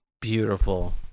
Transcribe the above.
beautiful